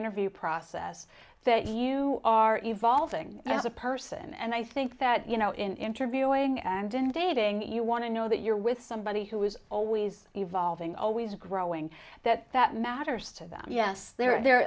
interview process that you are evolving as a person and i think that you know in interviewing and in dating you want to know that you're with somebody who is always evolving always growing that that matters to them yes there are there